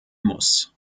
muss